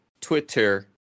Twitter